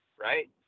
right